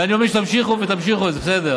ואני אומר: תמשיכו, תמשיכו, זה בסדר.